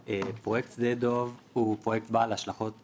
פרויקט שדה דב הוא פרויקט בעל השלכות